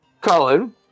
Colin